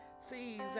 sees